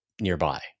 nearby